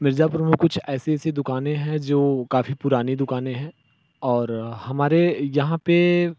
मिर्ज़ापुर में कुछ ऐसी ऐसी दुकाने हैं जो काफ़ी पुरानी दुकानें हैं और हमारे यहाँ पर